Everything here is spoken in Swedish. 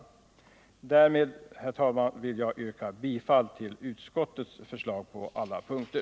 Därmed, herr talman, vill jag yrka bifall till utskottets förslag på alla punkter.